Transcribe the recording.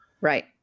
Right